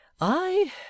I